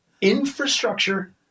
infrastructure